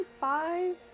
five